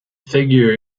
figure